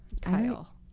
kyle